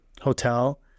hotel